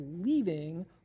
leaving